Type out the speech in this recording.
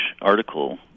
article